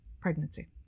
pregnancy